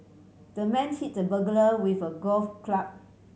the man hit the burglar with a golf club